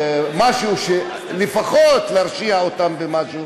משהו, לפחות להרשיע אותם במשהו?